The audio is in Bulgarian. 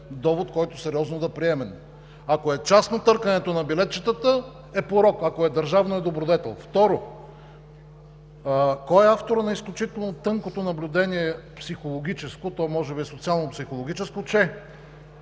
довод, който сериозно да приемем. Ако е частно, търкането на билетчетата е порок, ако е държавно, е добродетел. Второ, кой е авторът на изключително тънкото психологическо наблюдение, то може би е социално-психологическо, че